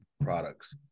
products